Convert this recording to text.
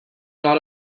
not